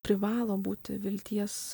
privalo būti vilties